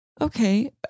okay